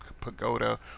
pagoda